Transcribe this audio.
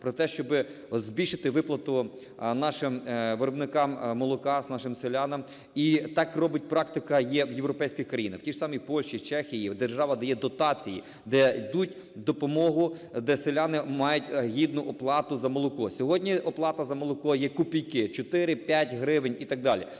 про те, щоб збільшити виплату нашим виробникам молока, нашим селянам. І так робить…, практика є в європейських країнах. В тій самій Польщі, Чехії держава дає дотації, де йде допомога, де селяни мають гідну оплату за молоко. Сьогодні оплата за молоко є копійки – 4-5 гривень і так далі.